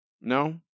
no